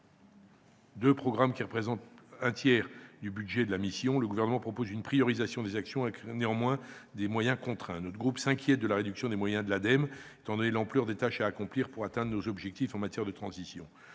les programmes 181 et 217, représentant ensemble un tiers du budget de la mission, le Gouvernement propose une priorisation des actions avec, néanmoins, des moyens contraints. Notre groupe s'inquiète de la réduction des moyens de l'ADEME, étant donné l'ampleur des tâches à accomplir pour atteindre nos objectifs en matière de transition